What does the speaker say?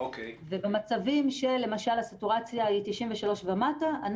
במצבים שהסטורציה היא 93 ומטה,